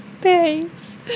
Thanks